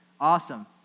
Awesome